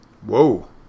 whoa